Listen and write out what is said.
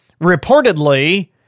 reportedly